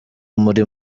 muri